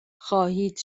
خواهید